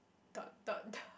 dot dot dot